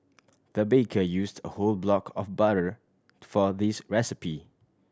the baker used a whole block of butter for this recipe